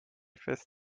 fest